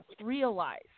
realize